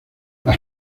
las